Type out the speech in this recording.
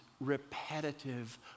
repetitive